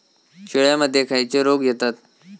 शेळ्यामध्ये खैचे रोग येतत?